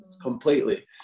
completely